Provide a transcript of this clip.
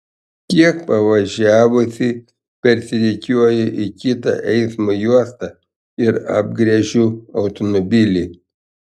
kiek pavažiavusi persirikiuoju į kitą eismo juostą ir apgręžiu automobilį